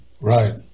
Right